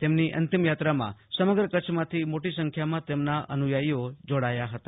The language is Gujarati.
તેમની અંતિમયાત્રામાં સમગ્ર કચ્છમાંથી મોટી સંખ્યામાં તેમના અનુયાયીઓ જોડાયા હતા